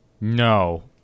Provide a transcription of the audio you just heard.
no